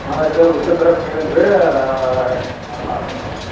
ಹಾಂ ಇದು ಊದ್ಕಡ್ಡಿ ತರಾಕೆ ಹೋಗೀನಿ ರೀ ಈ ಮಾಡ್ತನ್ರಲ್ಲಾ